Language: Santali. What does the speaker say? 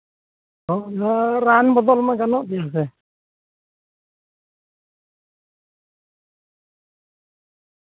ᱚᱱᱟ ᱨᱟᱱ ᱵᱚᱫᱚᱞ ᱢᱟ ᱜᱟᱱᱚᱜ ᱜᱮᱭᱟ ᱥᱮ